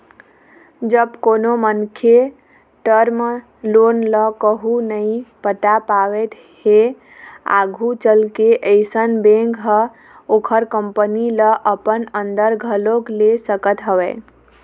जब कोनो मनखे टर्म लोन ल कहूँ नइ पटा पावत हे आघू चलके अइसन बेंक ह ओखर कंपनी ल अपन अंदर घलोक ले सकत हवय